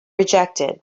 rejected